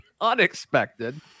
unexpected